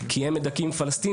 כי הם מדכאים פלשתינים.